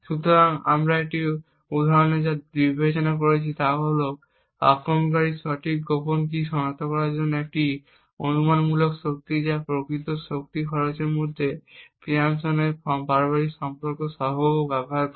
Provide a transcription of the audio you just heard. সুতরাং আমরা এই উদাহরণে যা বিবেচনা করেছি তা হল যে আক্রমণকারী সঠিক গোপন কী শনাক্ত করার জন্য একটি অনুমানমূলক শক্তি এবং প্রকৃত শক্তি খরচের মধ্যে পিয়ারসনের পারস্পরিক সম্পর্ক সহগ ব্যবহার করে